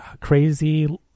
crazy